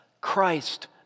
Christ